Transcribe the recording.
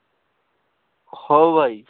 ହଉ ଭାଇ